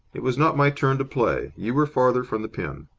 it was not my turn to play. you were farther from the pin.